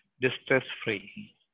distress-free